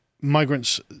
migrants